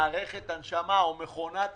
מערכת הנשמה או מכונת